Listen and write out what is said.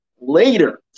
Later